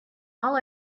all